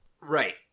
Right